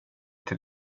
till